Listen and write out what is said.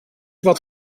wat